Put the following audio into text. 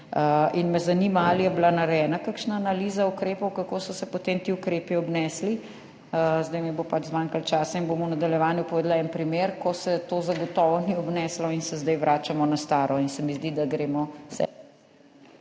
Zanima me: Ali je bila narejena kakšna analiza ukrepov, kako so se potem ti ukrepi obnesli? Zdaj mi bo zmanjkalo časa in bom v nadaljevanju povedala en primer, ko se to zagotovo ni obneslo in se zdaj vračamo na staro in se mi zdi, da gremo …